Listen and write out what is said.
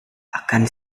akan